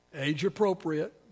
Age-appropriate